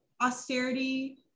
austerity